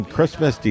Christmas